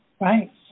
Right